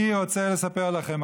אני רוצה לספר לכם.